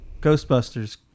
Ghostbusters